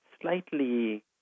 slightly